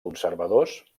conservadors